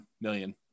million